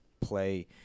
play